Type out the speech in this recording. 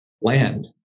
land